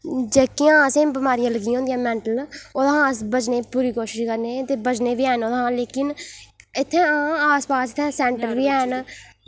जेह्कियां असेंगी बमारियां लग्गी दियां होन्दियां मेंटल ओह्दे शां अस बचने दी पूरी कोशिश करने ते बचने बी हैन हां लेकिन इत्थै हां आस पास इत्थै सेन्टर बी हैन